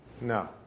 no